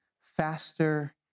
faster